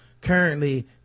currently